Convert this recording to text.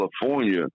California